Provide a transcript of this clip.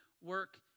work